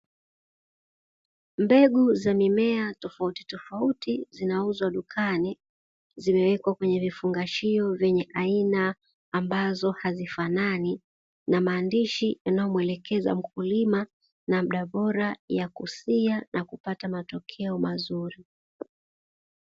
Mbegu za mimea tofautitofauti zinauzwa dukani, zimewekwa kwenye vifungashio vyenye aina ambazo hazifanani, na maandishi yanayomwelekeza mkulima namna bora ya kusia na kupata matokeo mazuri.